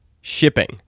shipping